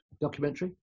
documentary